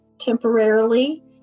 temporarily